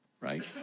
right